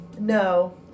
No